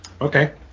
Okay